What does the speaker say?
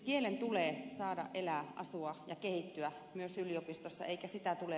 kielen tulee saada elää asua ja kehittyä myös yliopistossa eikä sitä tule